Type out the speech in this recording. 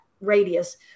radius